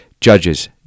Judges